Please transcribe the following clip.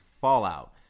fallout